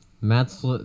Matt's